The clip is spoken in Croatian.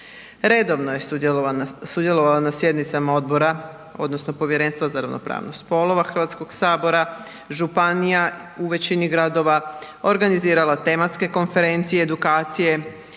Redovno je sudjelovala na sjednicama odbora, odnosno Povjerenstva za ravnopravnost spolova Hrvatskoga sabora, županija u većini gradova, organizirala tematske konferencije i edukacije